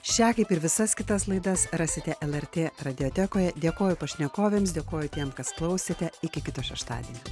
šią kaip ir visas kitas laidas rasite lrt radiotekoje dėkoju pašnekovėms dėkoju tiem kas klausėte iki kito šeštadienio